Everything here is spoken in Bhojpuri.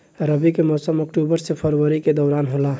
रबी के मौसम अक्टूबर से फरवरी के दौरान होला